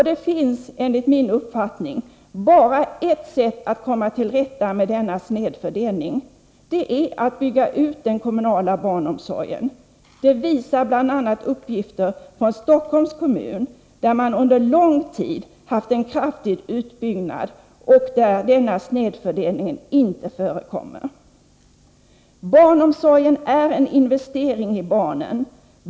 Det finns bara ett sätt att komma till rätta med denna snedfördelning. Det är att bygga ut den kommunala barnomsorgen. Det visar bl.a. uppgifter från Stockholms kommun, där man under lång tid haft en kraftig utbyggnad och där denna snedfördelning inte förekommer. Barnomsorgen är en investering i barnen.